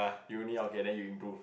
you only okay then you improve